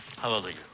Hallelujah